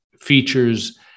features